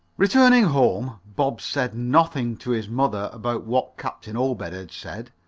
returning home, bob said nothing to his mother about what captain obed had said.